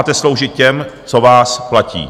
Máte sloužit těm, co vás platí.